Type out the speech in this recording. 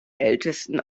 ältesten